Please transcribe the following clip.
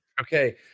Okay